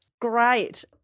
Great